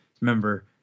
Remember